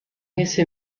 ese